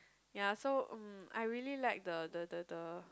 ya so mm I really like the the the the